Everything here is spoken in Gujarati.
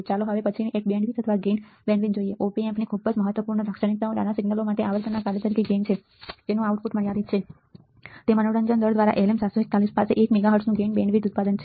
ચાલો હવે પછીની એક બેન્ડવિડ્થ અથવા ગેઈન બેન્ડવિડ્થ જોઈએ op ampની ખૂબ જ મહત્વપૂર્ણ લાક્ષણિકતાઓ નાના સિગ્નલો માટે આવર્તનના કાર્ય તરીકે ગેઇન છે જેનું આઉટપુટ અમર્યાદિત છે તે મનોરંજન દર દ્વારા LM741 પાસે 1 મેગાહર્ટ્ઝનું ગેઇન બેન્ડવિડ્થ ઉત્પાદન છે